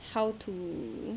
how to